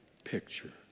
Picture